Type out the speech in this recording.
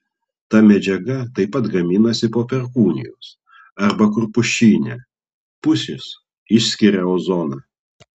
ta medžiaga taip pat gaminasi po perkūnijos arba kur pušyne pušys išskiria ozoną